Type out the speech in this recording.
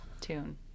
tune